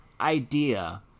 idea